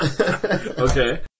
Okay